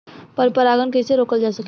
पर परागन कइसे रोकल जा सकेला?